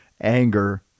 anger